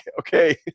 Okay